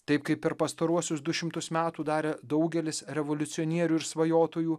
taip kaip per pastaruosius du šimtus metų darė daugelis revoliucionierių ir svajotojų